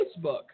Facebook